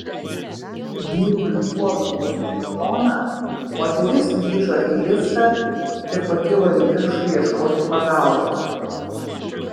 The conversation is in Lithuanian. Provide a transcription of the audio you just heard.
vyrui puolus ginti žmoną moteris grįžo į liftą ir pakilo į viršų ieškoti pagalbos